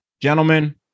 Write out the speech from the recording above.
Gentlemen